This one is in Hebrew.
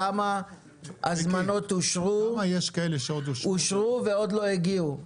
כמה הזמנות אושרו ועוד לא הגיעו,